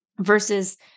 versus